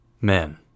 Men